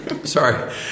Sorry